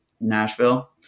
Nashville